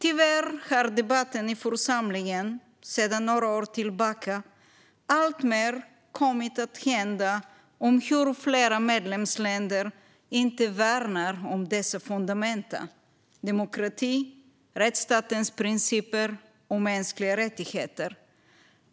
Tyvärr har debatten i församlingen sedan några år tillbaka alltmer kommit att handla om hur flera medlemsländer inte värnar om dessa fundamenta: demokrati, rättsstatens principer och mänskliga rättigheter.